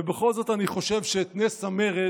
ובכל זאת אני חושב שאת נס המרד,